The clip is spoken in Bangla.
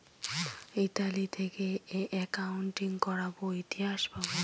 ইতালি থেকে একাউন্টিং করাবো ইতিহাস পাবো